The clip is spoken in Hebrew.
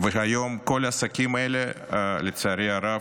והיום כל העסקים האלה, לצערי הרב,